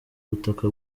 butaka